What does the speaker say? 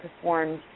performed